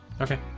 Okay